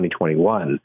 2021